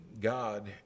God